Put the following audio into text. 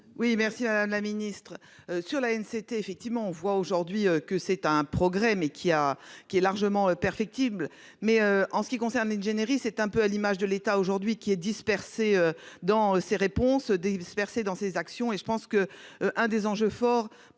Oui merci à la ministre sur la une, c'était effectivement on voit aujourd'hui que c'est un progrès mais qui a qui est largement perfectible mais en ce qui concerne l'ingénierie. C'est un peu à l'image de l'État aujourd'hui qui est dispersée dans ses réponses dispersés dans ses actions et je pense que un des enjeux forts